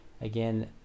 Again